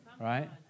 right